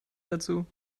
dazu